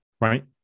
right